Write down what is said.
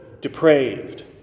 depraved